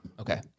Okay